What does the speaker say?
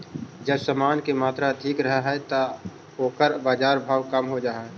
जब समान के मात्रा अधिक रहऽ हई त ओकर बाजार भाव कम हो जा हई